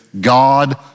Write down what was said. God